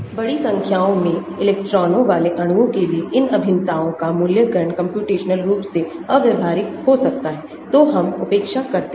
बड़ी संख्या में इलेक्ट्रॉनों वाले अणुओं के लिए इन अभिन्नताओं का मूल्यांकन कम्प्यूटेशनल रूप से अव्यावहारिक हो सकता है तो हम उपेक्षा करते हैं